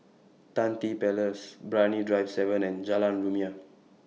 Tan Tye Place Brani Drive seven and Jalan Rumia